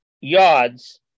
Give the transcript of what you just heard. yards